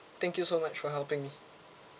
thank you so much for helping me